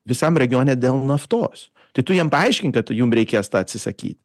visam regione dėl naftos tai tu jiem paaiškink kad jum reikės tą atsisaky